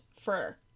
fur